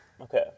Okay